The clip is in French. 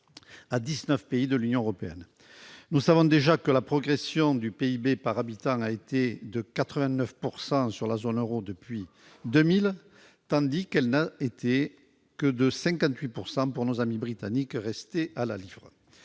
à 19 pays de l'Union européenne, nous savons déjà que la progression du PIB par habitant a été de 89 pourcent sur la zone Euro depuis 2000 tandis qu'elle n'a été que de 58 pourcent pour nos amis britanniques à la livre,